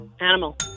Animal